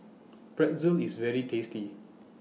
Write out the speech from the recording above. Pretzel IS very tasty